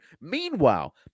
Meanwhile